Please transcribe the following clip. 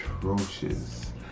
atrocious